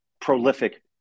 prolific